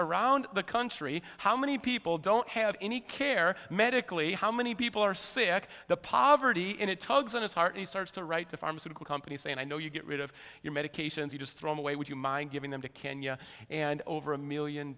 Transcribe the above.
around the country how many people don't have any care medically how many people are sick the poverty in it tugs on his heart he starts to write the pharmaceutical companies and i know you get rid of your medications you just thrown away would you mind giving them to kenya and over a million